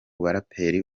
baraperi